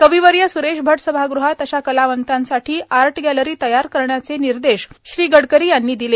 कविवर्य सुरेश भट सभागृहात अशा कलावंतांसाठी आर्ट गॅलरी तयार करण्याचे निर्देश श्री नितीन गडकरी यांनी दिले